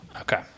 Okay